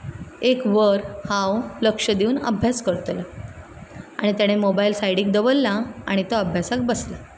एक वर हांव लक्ष दिवून अभ्यास करतलें आनी ताणें मोबायल सायडीक दवरला आनी तो अभ्यासाक बसलां